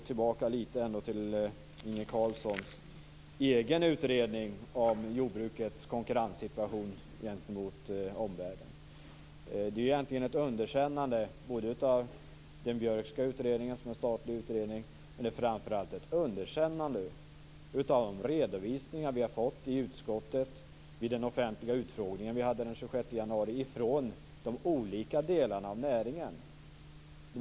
Tillbaka till Inge Carlssons egen utredning om jordbrukets konkurrenssituation gentemot omvärlden. Det är egentligen ett underkännande både av den Björkska utredningen, som är en statlig utredning, och framför allt av de redovisningar som vi har fått i utskottet vid den offentliga utfrågningen den 26 januari från de olika delarna av näringen.